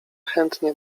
chętnie